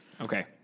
Okay